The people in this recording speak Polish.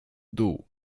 dół